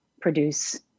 produce